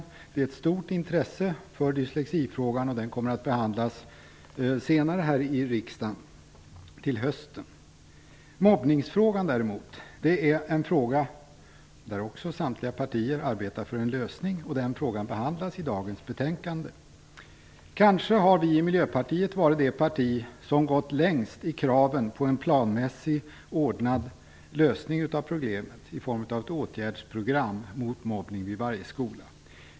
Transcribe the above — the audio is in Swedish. Det finns ett stort intresse för dyslexifrågan, och den kommer att behandlas senare här i kammaren, till hösten. Mobbningsfrågan däremot är en fråga där samtliga partier arbetar för en lösning. Och den frågan behandlas också i dagens betänkande. Kanske har Miljöpartiet varit det parti som har gått längst i kraven på en planmässig ordnad lösning av problemet i form av ett åtgärdsprogram mot mobbning vid varje skola.